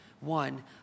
one